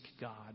God